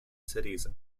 cities